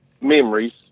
memories